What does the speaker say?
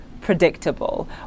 predictable